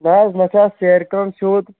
نہ حظ نہ چھےٚ اتھ سیرِ کٲم سیٚود